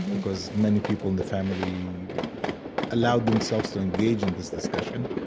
because many people in the family allowed themselves to engage in this discussion.